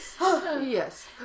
yes